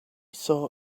saw